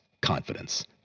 Confidence